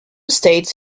states